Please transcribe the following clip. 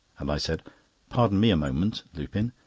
and i said pardon me a moment, lupin,